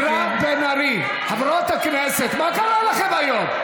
מירב בן ארי, חברות הכנסת, מה קרה לכן היום?